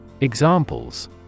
Examples